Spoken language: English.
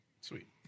Sweet